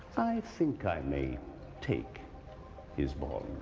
i think i may take his bond.